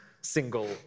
single